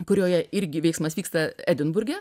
kurioje irgi veiksmas vyksta edinburge